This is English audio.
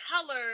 color